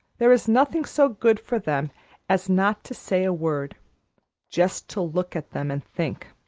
there is nothing so good for them as not to say a word just to look at them and think.